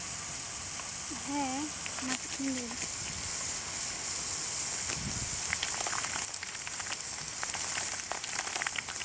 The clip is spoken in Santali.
ᱦᱮᱸ ᱢᱟᱪᱮᱫ ᱤᱧ ᱞᱟᱹᱭ ᱮᱫᱟ